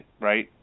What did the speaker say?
right